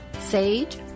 Sage